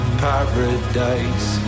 paradise